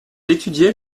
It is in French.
étudiait